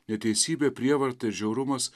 neteisybė prievarta žiaurumas